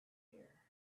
here